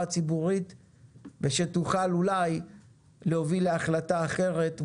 ציבורית ושתוכל אולי להוביל להחלטה אחרת,